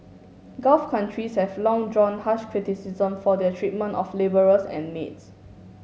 gulf countries have long drawn harsh criticism for their treatment of labourers and maids